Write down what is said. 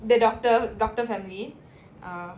the doctor doctor family ya